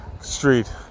street